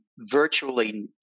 virtually